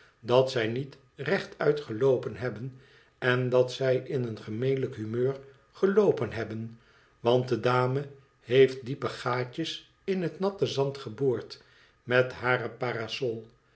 dat zij niet rechtuit geloopen hebben en dat zij in een gemelijk humeur geloopen hebben want de dame heeft diepe gaatjes in het natte zand geboord met hare parasol